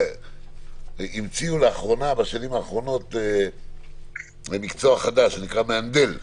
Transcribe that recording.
המציאו בשנים האחרונות מקצוע חדש שנקרא מהנדל.